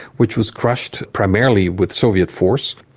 which was crushed primarily with soviet force.